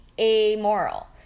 amoral